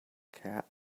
cat